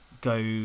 go